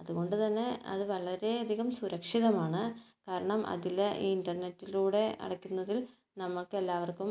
അതുകൊണ്ടു തന്നെ അത് വളരെയധികം സുരക്ഷിതമാണ് കാരണം അതിലെ ഈ ഇൻ്റർനെറ്റിലൂടെ അടയ്ക്കുന്നതിൽ നമുക്ക് എല്ലാവർക്കും